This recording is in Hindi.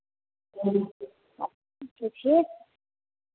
तो फिर